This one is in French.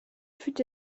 fut